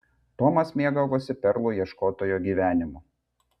tomas mėgavosi perlų ieškotojo gyvenimu